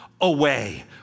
away